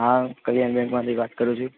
હા કલ્યાણ બેન્કમાંથી વાત કરું છું